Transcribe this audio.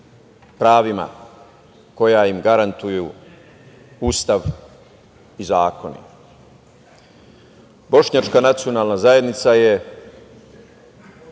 pravima koja im garantuju Ustav i zakoni. Bošnjačka nacionalna zajednica je